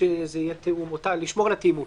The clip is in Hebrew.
ונשמור על התאימות.